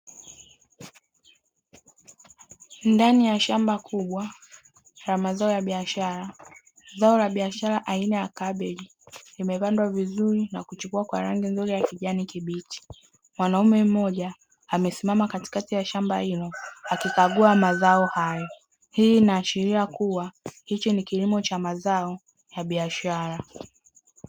Ndani ya shamba kubwa la mazao ya biashara, zao la biashara aina ya kabichi zimepandwa vizuri na kuchipua kwa rangi nzuri ya kijani kibichi, mwanaume mmoja amesimama katikati ya shamba hilo akikagua mazao hayo. Hii inaashiria kuwa hichi ni kilimo cha mazao ya biashara.